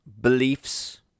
beliefs